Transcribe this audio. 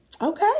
Okay